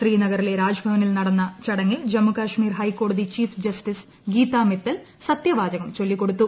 ശ്രീനഗറിലെ രാജ്ഭവനിൽ നടന്ന ചടങ്ങിൽ ജമ്മു കാശ്മീർ ഹൈക്കോടതി ചീഫ് ജസ്റ്റിസ് ഗീതാ മിത്തൽ സത്യവാചകം ചൊല്ലിക്കൊടുത്തു